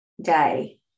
day